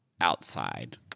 outside